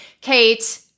Kate